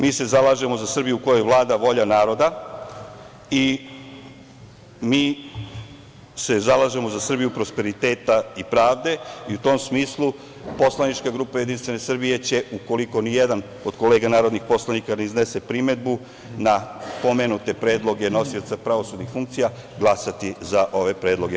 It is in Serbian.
Mi se zalažemo za Srbiju u kojoj vlada volja naroda i mi se zalažemo za Srbiju prosperiteta i pravde i u tom smislu poslanička grupa Jedinstvene Srbije će, ukoliko nijedan od kolega narodnih poslanika ne iznese primedbu na pomenute predloge nosioca pravosudnih funkcija, glasati za ove predloge.